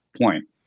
point